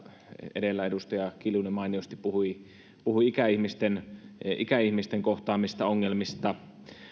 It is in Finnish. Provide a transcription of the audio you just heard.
edellä edustaja kiljunen mainiosti puhui puhui ikäihmisten ikäihmisten kohtaamista ongelmista